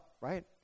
right